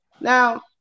Now